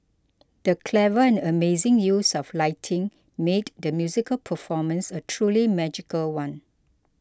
the clever and amazing use of lighting made the musical performance a truly magical one